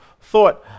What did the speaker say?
thought